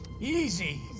Easy